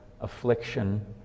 affliction